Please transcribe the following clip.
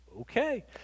okay